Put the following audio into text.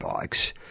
bikes